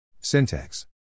Syntax